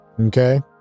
Okay